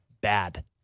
bad